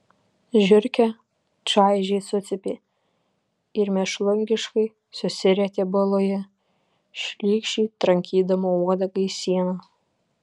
žiurkė čaižiai sucypė ir mėšlungiškai susirietė baloje šlykščiai trankydama uodegą į sieną